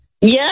Yes